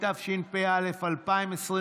התשפ"א 2021,